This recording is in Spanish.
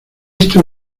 visto